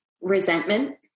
resentment